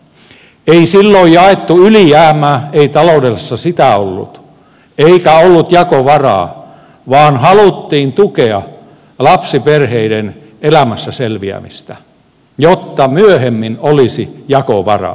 ei silloin jaettu ylijäämää ei taloudessa sitä ollut eikä ollut jakovaraa vaan haluttiin tukea lapsiperheiden elämässä selviämistä jotta myöhemmin olisi jakovaraa